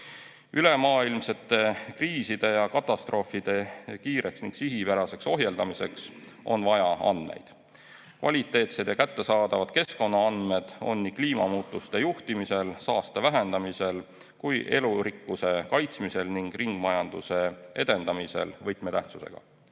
Ülemaailmsete kriiside ja katastroofide kiireks ning sihipäraseks ohjeldamiseks on vaja andmeid. Kvaliteetsed ja kättesaadavad keskkonnaandmed on nii kliimamuutuste juhtimisel, saaste vähendamisel kui ka elurikkuse kaitsmisel ning ringmajanduse edendamisel võtmetähtsusega.